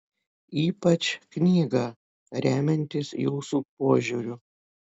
ypač knygą remiantis jūsų požiūriu